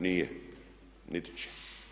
Nije, niti će.